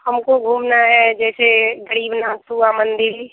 हमको घूमना है जैसे ग़रीबनाथ हुआ मंदिर